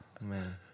man